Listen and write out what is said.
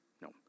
No